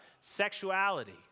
sexuality